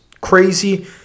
crazy